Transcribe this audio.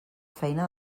feina